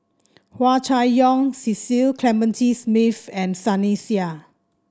Hua Chai Yong Cecil Clementi Smith and Sunny Sia